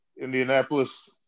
Indianapolis